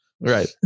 Right